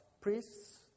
priests